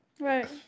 Right